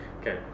Okay